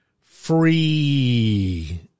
free